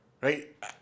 right